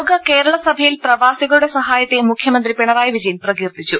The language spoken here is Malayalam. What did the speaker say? ലോക കേരളസഭയിൽ പ്രവാസികളുടെ സഹായത്തെ മുഖ്യ മന്ത്രി പിണറായി വിജയൻ പ്രകീർത്തിച്ചു